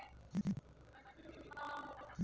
ಬ್ಯಾಂಕಿನಲ್ಲಿ ಹಣ ಡೆಪೋಸಿಟ್ ಮಾಡಲು ಹುಂಡಿ ತುಂಬಿಸಬೇಕು